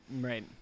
Right